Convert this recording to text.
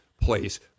place